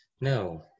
No